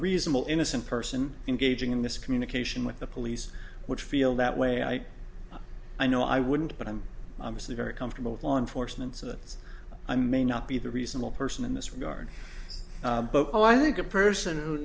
reasonable innocent person engaging in this communication with the police would feel that way i i no i wouldn't but i'm obviously very comfortable with law enforcement so that i may not be the reasonable person in this regard but i think a person who